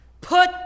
Put